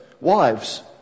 wives